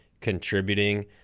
contributing